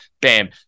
bam